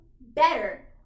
better